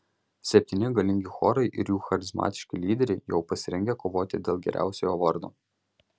septyni galingi chorai ir jų charizmatiški lyderiai jau pasirengę kovoti dėl geriausiojo vardo